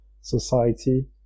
society